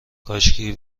کاشکی